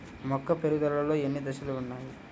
మొక్క పెరుగుదలలో ఎన్ని దశలు వున్నాయి?